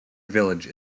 village